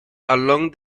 along